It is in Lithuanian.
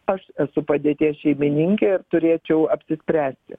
aš esu padėties šeimininkė ir turėčiau apsispręsti